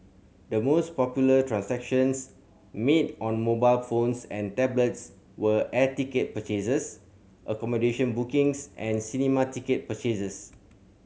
the most popular transactions made on mobile phones and tablets were air ticket purchases accommodation bookings and cinema ticket purchases